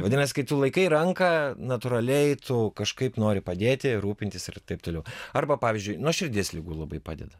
vadinasi kai tu laikai ranką natūraliai tu kažkaip nori padėti rūpintis ir taip toliau arba pavyzdžiui nuo širdies ligų labai padeda